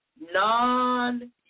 non